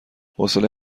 حوصله